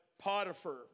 Potiphar